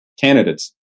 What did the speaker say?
candidates